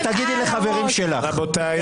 יש לכם --- רבותיי.